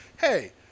hey